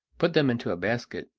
put them into a basket,